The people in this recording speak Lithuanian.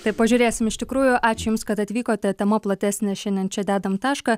tai pažiūrėsim iš tikrųjų ačiū jums kad atvykote tema platesnė šiandien čia dedam tašką